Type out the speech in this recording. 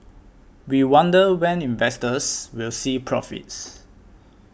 we wonder when investors will see profits